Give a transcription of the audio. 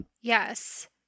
Yes